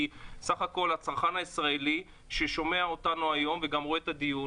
כי בסך הכל הצרכן הישראלי ששומע אותנו היום וגם רואה את הדיון,